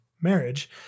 marriage